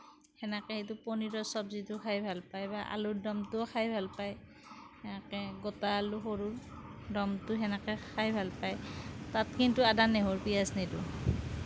সেনেকে এইটো পনীৰৰ চব্জীটো খাই ভাল পায় বা আলুৰ ডমটোও খাই ভাল পায় সেনেকে গোটা আলু সৰু ডমটো সেনেকা খাই ভাল পায় তাত কিন্তু আদা নহৰু পিঁয়াজ নিদিওঁ